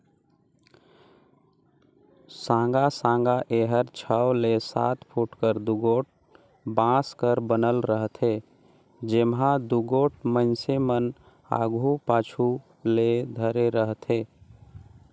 साँगा साँगा एहर छव ले सात फुट कर दुगोट बांस कर बनल रहथे, जेम्हा दुगोट मइनसे मन आघु पाछू ले धरे रहथे